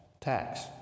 tax